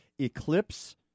Eclipse